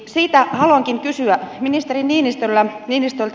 siitä haluankin kysyä ministeri niinistöltä